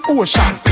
ocean